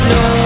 no